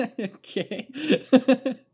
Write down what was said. Okay